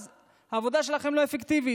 אז: העבודה שלכם לא אפקטיבית.